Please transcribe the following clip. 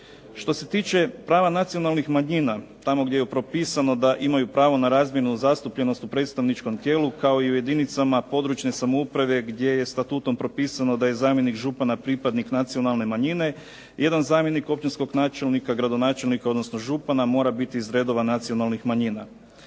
Što se tiče prava nacionalnih manjina tamo gdje je propisano da imaju pravo na razmjenu u zastupljenost u predstavničkom tijelu, kao i u jedinicama područne samouprave gdje je statutom propisano da je zamjenik župana pripadnik nacionalne manjine, jedan zamjenik općinskog načelnika, gradonačelnika, odnosno župana mora biti iz redova nacionalnih manjina.